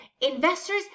investors